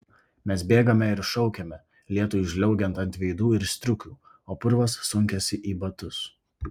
mes bėgame ir šaukiame lietui žliaugiant ant veidų ir striukių o purvas sunkiasi į batus